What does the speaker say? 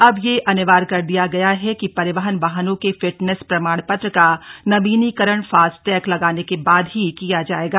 अब यह अनिवार्य कर दिया गया है कि परिवहन वाहनों के फिटनेस प्रमाणपत्र का नवीनीकरण फास्टैग लगाने के बाद ही किया जाएगा